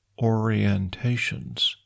orientations